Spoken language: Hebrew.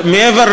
אבל מעבר